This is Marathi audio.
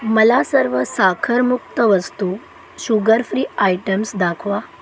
मला सर्व साखरमुक्त वस्तू शुगर फ्री आयटम्स दाखवा